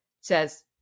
says